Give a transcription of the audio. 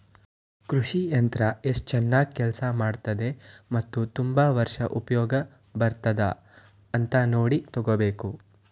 ಕೃಷಿ ಯಂತ್ರ ಎಸ್ಟು ಚನಾಗ್ ಕೆಲ್ಸ ಮಾಡ್ತದೆ ಮತ್ತೆ ತುಂಬಾ ವರ್ಷ ಉಪ್ಯೋಗ ಬರ್ತದ ಅಂತ ನೋಡಿ ತಗೋಬೇಕು